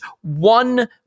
one